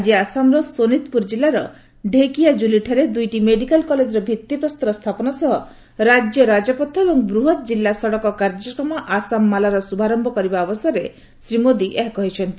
ଆଜି ଆସାମର ସୋନିତପୁର କିଲ୍ଲାର ଢେକିଆକୁଲିଠାରେ ଦୁଇଟି ମେଡ଼ିକାଲ କଲେଜର ଭିତ୍ତିପ୍ରସ୍ତର ସ୍ଥାପନ ସହ ରାଜ୍ୟ ରାଜପଥ ଏବଂ ବୃହତ୍ ଜିଲ୍ଲା ସଡ଼କ କାର୍ଯ୍ୟକ୍ରମ ଆସାମ ମାଲା ର ଶୁଭାରମ୍ଭ କରିବା ଅବସରରେ ଶ୍ରୀ ମୋଦି ଏହା କହିଛନ୍ତି